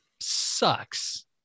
sucks